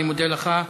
אני מודה לך.